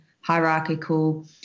hierarchical